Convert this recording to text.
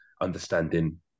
understanding